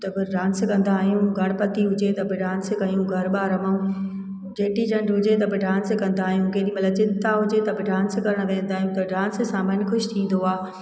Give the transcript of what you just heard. त बि डांस कंदा आहियूं गणपति हुजे त बि डांस कयूं गरबा रमऊं चेटी चंड हुजे त बि डांस कंदा आहियूं केॾीमहिल चिंता हुजे त बि डांस करण वेंदा आहियूं त डांस सां मनु ख़ुशि थींदो आहे